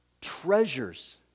treasures